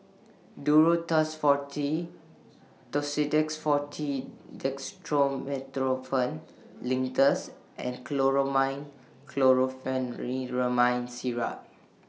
Duro Tuss Forte Tussidex Forte Dextromethorphan Linctus and Chlormine Chlorpheniramine Syrup